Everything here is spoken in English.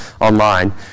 online